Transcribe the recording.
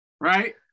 Right